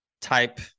type